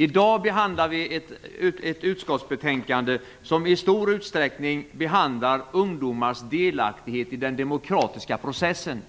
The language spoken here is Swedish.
I dag behandlar vi ett utskottsbetänkande som i stor utsträckning behandlar ungdomars delaktighet i den demokratiska processen,